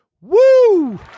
Woo